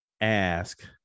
ask